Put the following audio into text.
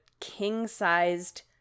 king-sized